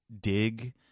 dig